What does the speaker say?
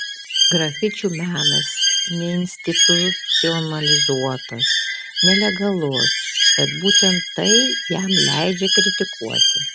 grafičių menas neinstitucionalizuotas nelegalus bet būtent tai jam leidžia kritikuoti